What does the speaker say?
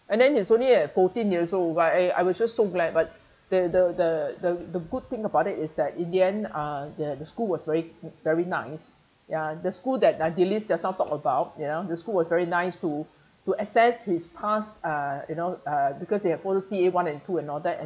and then he's only at fourteen years old but I I was just so glad but the the the the the good thing about it is that in the end uh the the school was very very nice ya the school that I delys just now talk about you know the school was very nice to to assess his past uh you know uh because their policy one and two and all that and